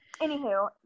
Anywho